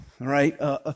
right